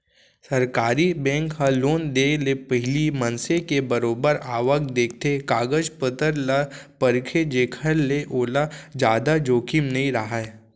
सरकारी बेंक ह लोन देय ले पहिली मनसे के बरोबर आवक देखथे, कागज पतर ल परखथे जेखर ले ओला जादा जोखिम नइ राहय